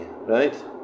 right